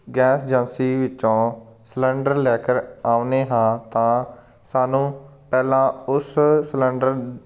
gas agency ਵਿੱਚੋਂ cylinder ਲੈਕਰ ਆਉਂਦੇ ਹਾਂ ਤਾਂ ਸਾਨੂੰ ਪਹਿਲਾਂ ਉਸ ਸਿਲੰਡਰ